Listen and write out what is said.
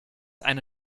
eine